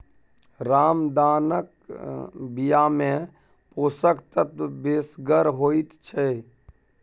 रामदानाक बियामे पोषक तत्व बेसगर होइत छै